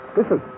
listen